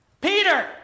Peter